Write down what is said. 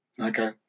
Okay